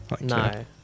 No